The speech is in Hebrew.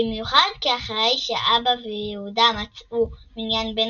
במיוחד כי אחרי שאבא ויהודה מצאו מניין בין